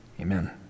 Amen